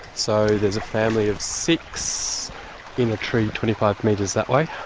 so there's a family of six in a tree twenty five metres that way.